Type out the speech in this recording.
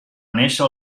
néixer